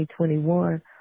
2021